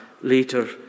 later